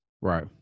Right